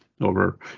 over